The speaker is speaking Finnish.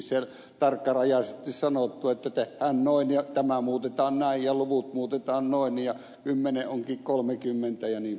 tässä on kuitenkin tarkkarajaisesti sanottu että tehdään noin ja tämä muutetaan näin ja luvut muutetaan noin ja kymmenen onkin kolmekymmentä jnp